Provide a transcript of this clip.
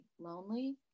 lonely